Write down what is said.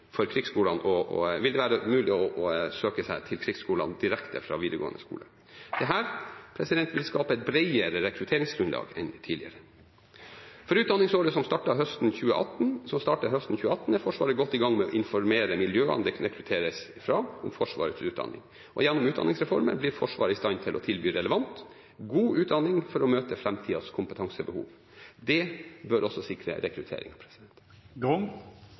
å søke seg til krigsskolene direkte fra videregående skole. Dette vil skape et bredere rekrutteringsgrunnlag enn tidligere. For utdanningsåret som starter høsten 2018, er Forsvaret godt i gang med å informere miljøene det kan rekrutteres fra til Forsvarets utdanning, og gjennom utdanningsreformen blir Forsvaret i stand til å tilby relevant, god utdanning for å møte framtidas kompetansebehov. Det bør også sikre